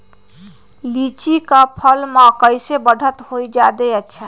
लिचि क फल म कईसे बढ़त होई जादे अच्छा?